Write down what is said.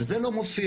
וזה לא מופיע,